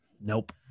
Nope